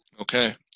Okay